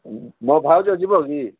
ମୋ ଭାଉଜ ଯିବ କି